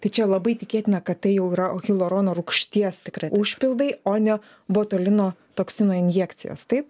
tai čia labai tikėtina kad tai jau yra hialurono rūgšties užpildai o ne botulino toksino injekcijos taip